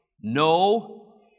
no